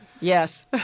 Yes